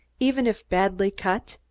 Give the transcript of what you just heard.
even if badly cut,